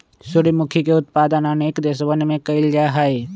सूर्यमुखी के उत्पादन अनेक देशवन में कइल जाहई